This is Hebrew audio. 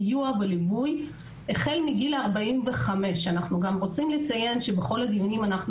סיוע וליווי החל מגיל 45. אני רוצה לציין שבכל הדיונים אנחנו